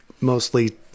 mostly